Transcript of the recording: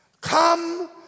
Come